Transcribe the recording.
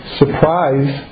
surprise